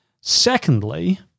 Secondly